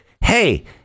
hey